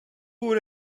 would